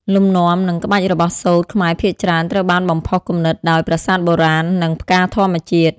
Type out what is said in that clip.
លំនាំ និងក្បាច់របស់សូត្រខ្មែរភាគច្រើនត្រូវបានបំផុសគំនិតដោយ ប្រាសាទបុរាណ និងផ្កាធម្មជាតិ។